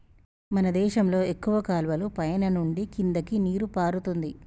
మన దేశంలో ఎక్కువ కాలువలు పైన నుండి కిందకి నీరు పారుతుంది